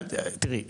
תראי,